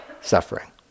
suffering